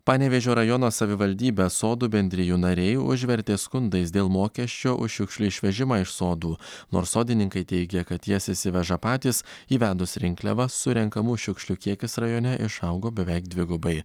panevėžio rajono savivaldybės sodų bendrijų nariai užvertė skundais dėl mokesčio už šiukšlių išvežimą iš sodų nors sodininkai teigia kad jas išsiveža patys įvedus rinkliavą surenkamų šiukšlių kiekis rajone išaugo beveik dvigubai